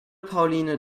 pauline